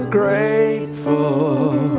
grateful